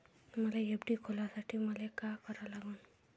मले एफ.डी खोलासाठी मले का करा लागन?